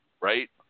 right